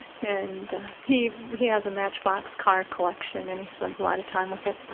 and he he has a matchbox car collection and he spends a lot of time with it